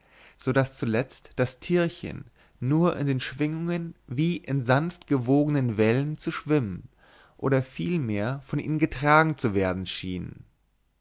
daß zuletzt das tierchen nur in den schwingungen wie in sanftwogenden wellen zu schwimmen oder vielmehr von ihnen getragen zu werden schien